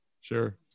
Sure